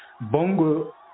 Bongo